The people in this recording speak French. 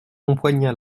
empoigna